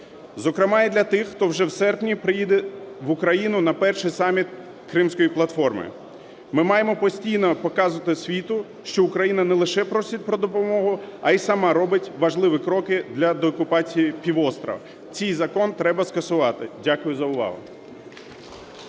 зокрема, і для тих, хто вже в серпні приїде в Україну на перший саміт "Кримська платформа". Ми маємо постійно показувати світу, що Україна не лише просить про допомогу, а і сама робить важливі кроки для деокупації півострова. Цей закон треба скасувати. Дякую за увагу.